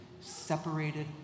separated